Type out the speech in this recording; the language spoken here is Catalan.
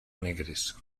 negres